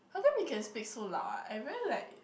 how come you can speak so loud ah I very like